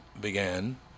began